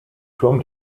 turm